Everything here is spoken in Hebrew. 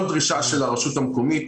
כל דרישה של הרשות המקומית,